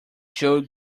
joe